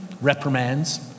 reprimands